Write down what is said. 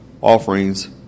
offerings